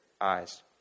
eyes